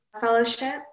fellowship